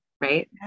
right